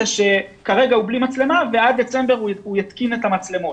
שכרגע הוא בלי מצלמה ועד דצמבר הוא יתקין את המצלמות.